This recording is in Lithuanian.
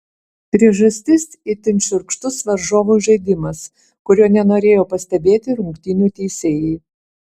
priežastis itin šiurkštus varžovų žaidimas kurio nenorėjo pastebėti rungtynių teisėjai